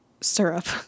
syrup